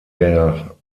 der